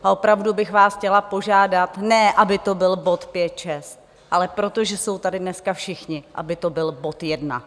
A opravdu bych vás chtěla požádat, ne aby to byl bod 5, 6, ale protože jsou tady dneska všichni, aby to byl bod 1.